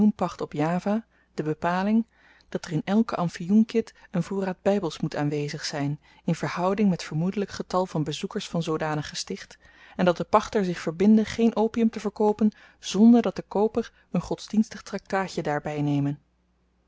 op java de bepaling dat er in elke amfioenkit een voorraad bybels moet aanwezig zyn in verhouding met vermoedelyk getal bezoekers van zoodanig gesticht en dat de pachter zich verbinde geen opium te verkoopen zonder dat de kooper een godsdienstig traktaatje daarby